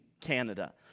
Canada